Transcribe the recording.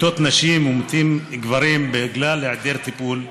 מתות נשים ומתים גברים בגלל היעדר טיפול.